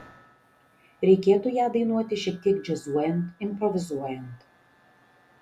reikėtų ją dainuoti šiek tiek džiazuojant improvizuojant